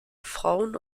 frauen